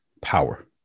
power